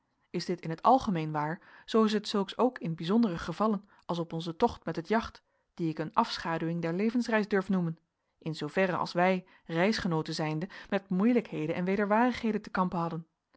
is dit in het algemeen waar zoo is het zulks ook in bijzondere gevallen als op onzen tocht met het jacht dien ik een afschaduwing der levensreis durf noemen in zooverre als wij reisgenooten zijnde met moeilijkheden en wederwaardigheden te kampen hadden